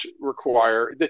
require